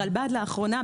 הרלב"ד לאחרונה,